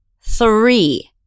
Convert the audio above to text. Three